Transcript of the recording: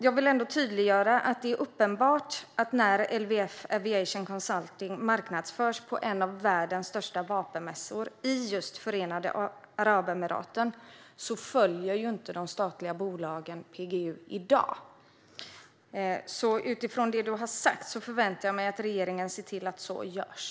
Jag vill ändå tydliggöra att det när LFV Aviation Consulting marknadsförs på en av världens största vapenmässor i just Förenade Arabemiraten är uppenbart att de statliga bolagen inte följer PGU i dag. Utifrån det du har sagt förväntar jag mig därför att regeringen ser till att så görs.